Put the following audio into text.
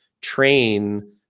train